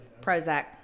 Prozac